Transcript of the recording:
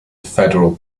federal